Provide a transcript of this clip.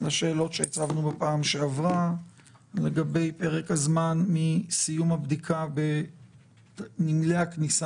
לשאלות שהצבנו בפעם שעברה לגבי פרק הזמן מסיום הבדיקה בנמלי הכניסה